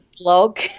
blog